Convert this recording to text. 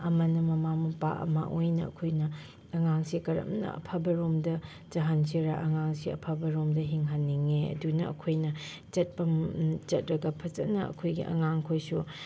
ꯑꯃꯅ ꯃꯃꯥ ꯃꯄꯥ ꯑꯃ ꯑꯣꯏꯅ ꯑꯩꯈꯣꯏꯅ ꯑꯉꯥꯡꯁꯦ ꯀꯔꯝꯅ ꯑꯐꯕꯔꯣꯝꯗ ꯆꯠꯍꯟꯁꯤꯔ ꯑꯉꯥꯡꯁꯦ ꯑꯐꯕꯔꯣꯝꯗ ꯍꯤꯡꯍꯟꯅꯤꯡꯉꯦ ꯑꯗꯨꯅ ꯑꯩꯈꯣꯏꯅ ꯆꯠꯂꯒ ꯐꯖꯅ ꯑꯩꯈꯣꯏꯒꯤ ꯑꯉꯥꯡꯈꯣꯏꯁꯨ